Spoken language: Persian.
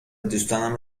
دوستانم